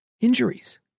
injuries